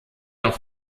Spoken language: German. auch